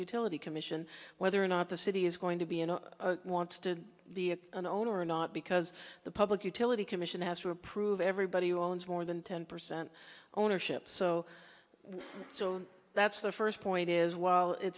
utility commission whether or not the city is going to be and wants to be a gun owner or not because the public utility commission has to approve everybody who owns more than ten percent ownership so that's the first point is well it